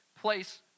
place